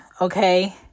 okay